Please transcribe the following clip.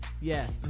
yes